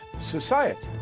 society